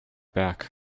back